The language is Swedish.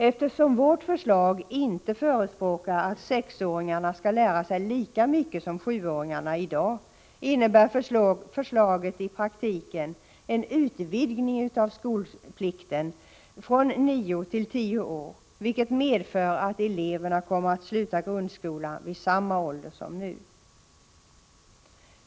Eftersom vårt förslag inte förespråkar att sexåringarna skall lära sig lika mycket som sjuåringarna i dag, innebär förslaget i praktiken en utvidgning av skolplikten från nio till tio år, vilket medför att eleverna kommer att sluta grundskolan vid samma ålder som nu.